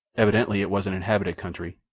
evidently it was an inhabited country,